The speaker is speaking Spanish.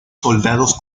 soldados